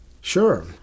Sure